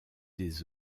des